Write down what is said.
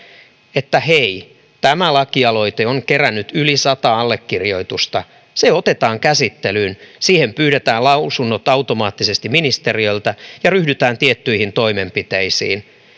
että hei tämä lakialoite on kerännyt yli sata allekirjoitusta se otetaan käsittelyyn siihen pyydetään lausunnot automaattisesti ministeriöltä ja ryhdytään tiettyihin toimenpiteisiin